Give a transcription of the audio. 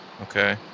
Okay